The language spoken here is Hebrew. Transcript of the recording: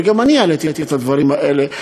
וגם העליתי את הדברים האלה,